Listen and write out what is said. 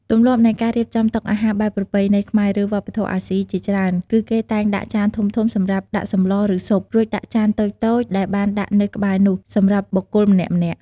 ទម្លាប់នៃការរៀបចំតុអាហារបែបប្រពៃណីខ្មែរ ឬវប្បធម៌អាស៊ីជាច្រើន គឺគេតែង ដាក់ចានធំៗសម្រាប់ដាក់សម្ល ឬស៊ុប រួចដាក់ចានតូចៗដែលបានដាក់នៅក្បែរនោះ សម្រាប់បុគ្គលម្នាក់ៗ។